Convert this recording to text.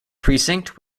precinct